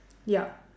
yup